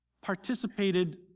participated